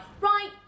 right